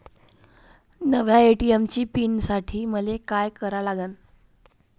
नव्या ATM pin साठी मले का करा लागन?